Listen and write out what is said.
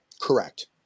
Correct